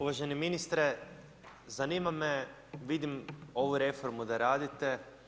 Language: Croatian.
Uvaženi ministre, zanima me, vidim ovu reformu da radite.